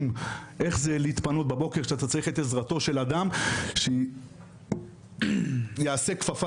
איך זה להתפנות בבוקר שאתה צריך את עזרתו של אדם שיעשה 'כפפה',